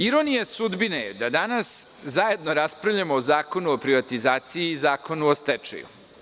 Ironija sudbine je da danas zajedno raspravljamo o Zakonu o privatizaciji i Zakonu o stečaju.